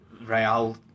Real